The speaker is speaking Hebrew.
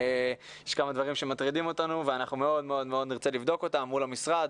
יש כמה דברים שמטרידים אותנו ואנחנו מאוד נרצה לבדוק אותם מול המשרד,